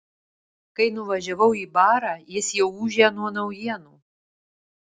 kai nuvažiavau į barą jis jau ūžė nuo naujienų